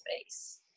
space